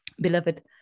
beloved